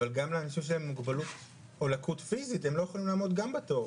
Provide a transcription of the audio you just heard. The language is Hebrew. אבל גם לאנשים שיש מוגבלות או לקות פיזית הם לא יכולים לעמוד גם בתור.